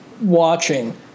watching